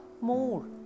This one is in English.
more